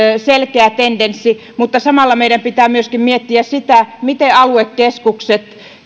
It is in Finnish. selkeä tendenssi mutta samalla meidän pitää myöskin miettiä sitä miten aluekeskukset